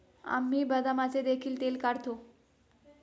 आम्ही बदामाचे देखील तेल काढतो